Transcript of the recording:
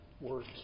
words